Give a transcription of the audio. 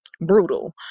brutal